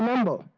remember,